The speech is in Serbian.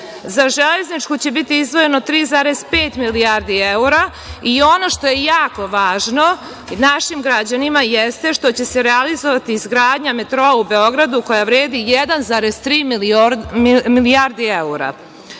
za železničku će biti izdvojeno 3,5 milijardi evra i ono što je jako važno našim građanima, jeste što će se realizovati izgradnja metroa u Beogradu, koja vredi 1,3 milijardi evra.U